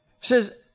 says